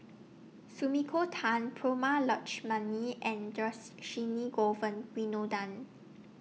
Sumiko Tan Prema Letchumanan and Dhershini Govin Winodan